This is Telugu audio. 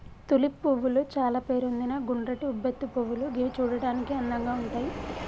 తులిప్ పువ్వులు చాల పేరొందిన గుండ్రటి ఉబ్బెత్తు పువ్వులు గివి చూడడానికి అందంగా ఉంటయ్